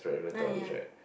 uh ya